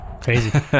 crazy